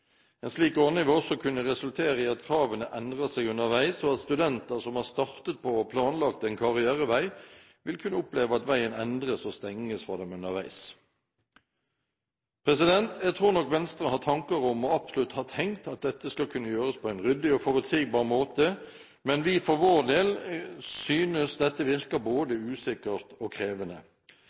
En slik ordning vil også kunne resultere i at kravene endrer seg underveis, og studenter som har startet på, og planlagt, en karrierevei, vil kunne oppleve at veien endres og stenges for dem underveis. Jeg tror nok Venstre har tanker om, og absolutt har tenkt, at dette skal kunne gjøres på en ryddig og forutsigbar måte, men vi for vår del synes det virker både usikkert og krevende.